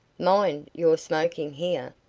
mind your smoking here?